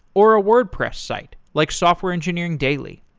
or a wordpress site, like software engineering daily.